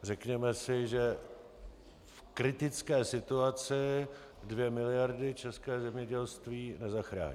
Řekněme si, že v kritické situaci 2 mld. české zemědělství nezachrání.